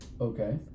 Okay